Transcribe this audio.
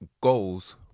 goals